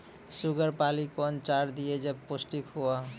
Sugar पाली कौन चार दिय जब पोस्टिक हुआ?